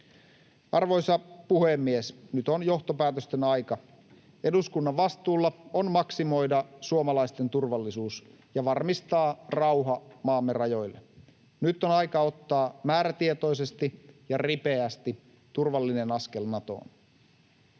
Arvoisa puhemies! Nyt on johtopäätösten aika. Eduskunnan vastuulla on maksimoida suomalaisten turvallisuus ja varmistaa rauha maamme rajoille. Nyt on aika ottaa määrätietoisesti ja ripeästi turvallinen askel Natoon.